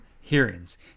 hearings